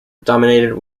dominated